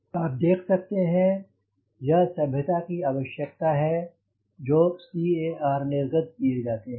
अब आप देख सकते हैं यह सभ्यता की आवश्यकता है जो CAR निर्गत किए जाते हैं